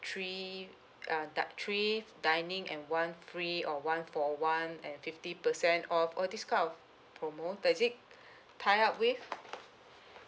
three uh di~ three dining and one free or one for one and fifty percent off all this kind of promo does it tie up with